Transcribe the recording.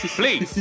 please